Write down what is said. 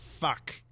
Fuck